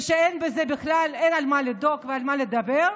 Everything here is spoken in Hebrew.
ושאין בכלל מה לדאוג ועל מה לדבר,